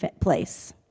place